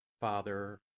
Father